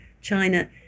China